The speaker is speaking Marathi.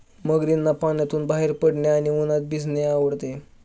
मगरींना पाण्यातून बाहेर पडणे आणि उन्हात भिजणे आवडते